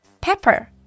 pepper